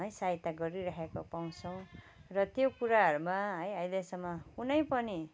है साहयता गरिराखेको पाउँछौँ र त्यो कुराहरूमा है अहिलेसम्म कुनै पनि